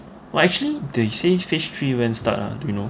well actually they say phase three when start do you know